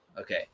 Okay